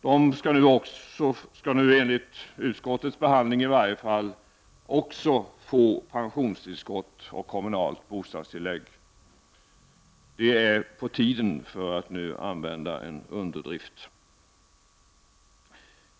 De skall enligt utskottet också få pensionstillskott och kommunalt bostadstillägg. Det är på tiden, för att nu göra en underdrift.